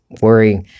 worry